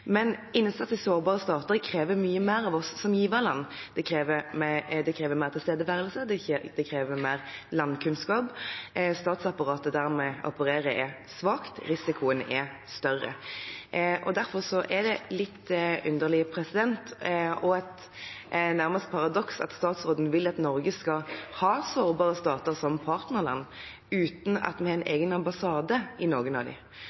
Men innsatsen til sårbare stater krever mye mer av oss som giverland. Det krever mer tilstedeværelse, det krever mer landkunnskap, statsapparatet der vi opererer, er svakt, risikoen er større. Derfor er det litt underlig og nærmest et paradoks at statsråden vil at Norge skal ha sårbare stater som partnerland uten at vi har en egen ambassade i noen av